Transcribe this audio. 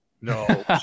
No